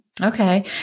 Okay